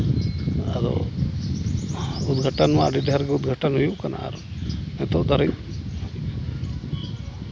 ᱟᱫᱚ ᱩᱫᱜᱷᱟᱴᱚᱱ ᱢᱟ ᱟᱹᱰᱤ ᱰᱷᱮᱨ ᱜᱮ ᱩᱫᱜᱷᱟᱴᱚᱱ ᱦᱩᱭᱩᱜ ᱠᱟᱱᱟ ᱱᱤᱛᱚᱜ ᱫᱷᱟᱹᱨᱤᱡ